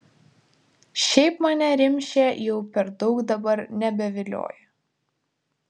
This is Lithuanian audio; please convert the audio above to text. šiaip mane rimšė jau per daug dabar nebevilioja